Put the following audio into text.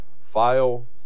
file